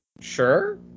sure